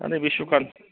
माने बे सुखान